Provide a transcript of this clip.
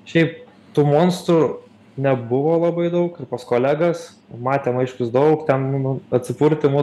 šiaip tų monstrų nebuvo labai daug ir pas kolegas matėm aiškius daug ten atsipurtymų